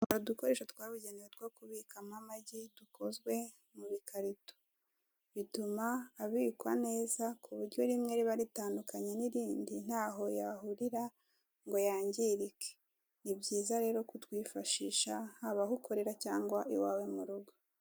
Udukoresho twabugenewe twokubikamo amagi dukozwe mu bikarito. Bituma abikwa neza kuburyo rimwe riba ritandukanye n'irindi ntaho yahurira ngo yangirike. Ni byiza rero kutwifashisha haba aho ukorera cyangwa iwawe mu rugo.